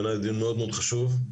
בעיני זהו דיון חשוב מאוד,